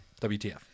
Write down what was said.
WTF